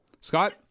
Scott